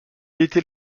était